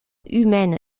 humaine